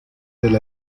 del